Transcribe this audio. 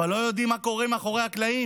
אבל לא יודעים מה קורה מאחורי הקלעים.